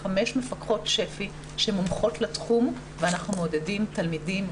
לנו חמש מפקחות שפ"י שהן מומחות לתחום ואנחנו מעודדים תלמידים,